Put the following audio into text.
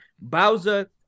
Bowser